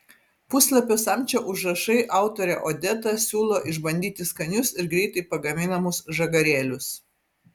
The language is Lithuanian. puslapio samčio užrašai autorė odeta siūlo išbandyti skanius ir greitai pagaminamus žagarėlius